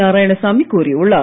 நாராயணசாமி கூறியுள்ளார்